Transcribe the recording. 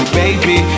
baby